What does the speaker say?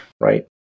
right